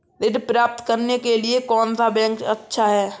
ऋण प्राप्त करने के लिए कौन सा बैंक अच्छा है?